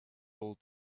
all